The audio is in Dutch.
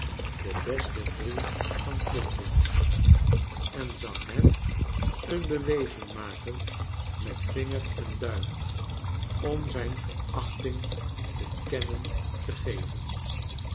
den besten vriend van flintwinch en zag hem een beweging maken met vinger en duim om zijn verachting te kennen te geven